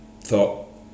thought